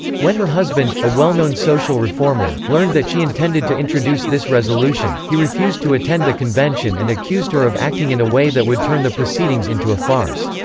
when her husband, a well-known social reformer, learned that she intended to introduce this resolution, he refused to attend the convention and accused her of acting in a way that would turn the proceedings into a farce.